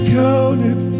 counted